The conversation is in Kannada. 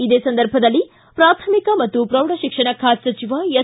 ಇದೇ ಸಂದರ್ಭದಲ್ಲಿ ಪ್ರಾಥಮಿಕ ಮತ್ತು ಪ್ರೌಢ ಶಿಕ್ಷಣ ಖಾತೆ ಸಚಿವ ಎಸ್